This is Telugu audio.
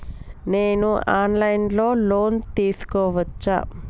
నేను ఆన్ లైన్ లో లోన్ తీసుకోవచ్చా?